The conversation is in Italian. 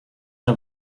una